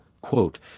quote